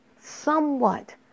somewhat